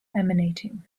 emanating